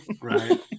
Right